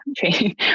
country